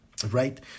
Right